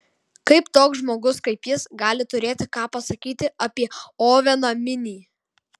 kaip toks žmogus kaip jis gali turėti ką pasakyti apie oveną minį